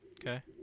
Okay